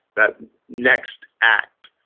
that next act.